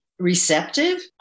Receptive